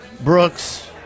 Brooks